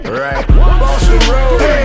right